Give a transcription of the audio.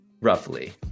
roughly